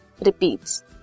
repeats